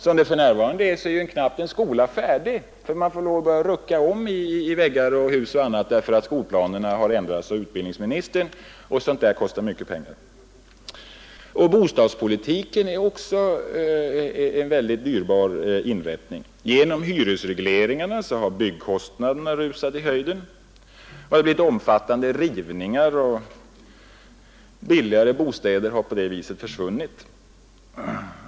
Som det för närvarande är blir en skola knappast färdig förrän man måste börja ändra om i väggar och annat därför att skolplanerna har ändrats av utbildningsministern. Sådant kostar mycket pengar. Bostadspolitiken är också mycket dyr. Genom hyresregleringarna har byggkostnaderna rusat i höjden. Det har företagits omfattande rivningar, och billigare bostäder har på det sättet försvunnit.